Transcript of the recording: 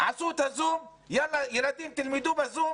עשיתם את הזום, "יאללה, ילדים, תלמדו בזום"